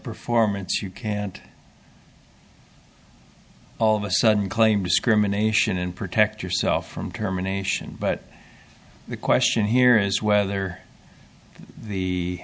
performance you can't all of a sudden claim discrimination and protect yourself from terminations but the question here is whether the